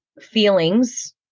feelings